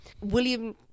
William